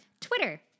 Twitter